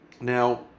Now